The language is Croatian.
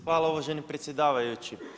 Hvala uvaženi predsjedavajući.